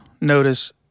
notice